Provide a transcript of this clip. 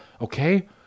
okay